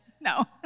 No